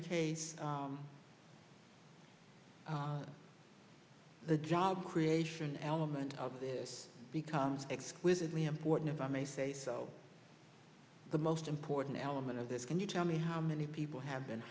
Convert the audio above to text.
the case the job creation element of this becomes exquisitely important if i may say so the most important element of this can you tell me how many people have been